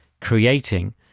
creating